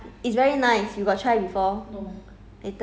no as in the package is red colour